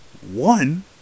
One